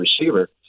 receiver